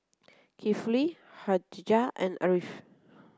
Kifli Khadija and Ariff